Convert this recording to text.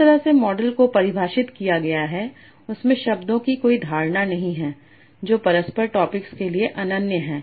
जिस तरह से मॉडल को परिभाषित किया गया है उसमें शब्दों की कोई धारणा नहीं है जो परस्पर टॉपिक्स के लिए अनन्य है